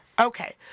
okay